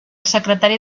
secretari